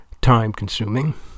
time-consuming